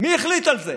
מי החליט על זה?